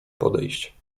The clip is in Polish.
podejść